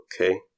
Okay